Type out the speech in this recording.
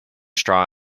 straw